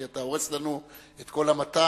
כי אתה הורס לנו את כל המטע.